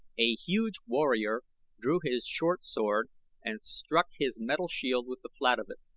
a huge warrior drew his short-sword and struck his metal shield with the flat of it,